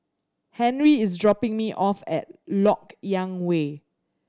Henri is dropping me off at Lok Yang Way